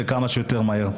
וכמה שיותר מהר.